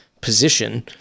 position